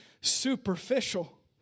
superficial